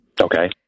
Okay